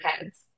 heads